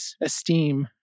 esteem